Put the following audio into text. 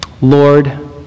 Lord